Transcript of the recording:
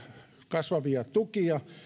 kasvavia tukia